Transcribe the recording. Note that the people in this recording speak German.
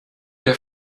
der